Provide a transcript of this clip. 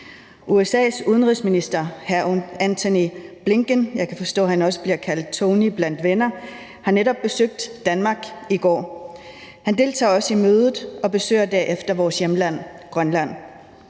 USA's udenrigsminister, hr. Antony Blinken – jeg kan forstå, at han også bliver kaldt Tony blandt venner – har netop besøgt Danmark i går. Han deltager også i mødet og besøger derefter vores hjemland, Grønland.